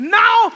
now